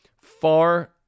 Far